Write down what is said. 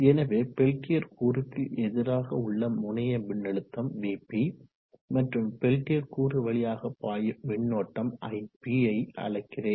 எனவே பெல்டியர் கூறுக்கு எதிராக உள்ள முனைய மின்னழுத்தம் vp மற்றும் பெல்டியர் கூறு வழியாக பாயும் மின்னோட்டம் ip யை அளக்கிறேன்